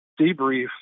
debrief